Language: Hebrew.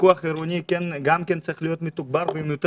הפיקוח העירוני גם הוא צריך להיות מתוגבר ועם יותר